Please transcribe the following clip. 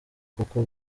kuko